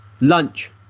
lunch